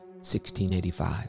1685